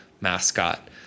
mascot